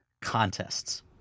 contests